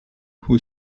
who